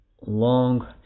long